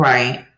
Right